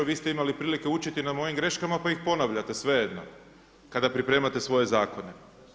Vi ste imali prilike učiti na mojim greškama pa ih ponavljate svejedno kada pripremate svoje zakone.